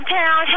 town